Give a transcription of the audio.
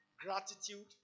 gratitude